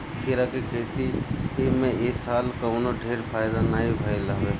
खीरा के खेती में इ साल कवनो ढेर फायदा नाइ भइल हअ